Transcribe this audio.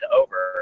over